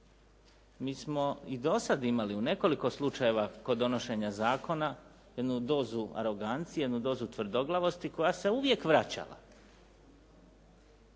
Mi smo i do sada imali u nekoliko slučajeva kod donošenja zakona jednu dozu arogancije, jednu dozu tvrdoglavosti koja se uvijek vraćala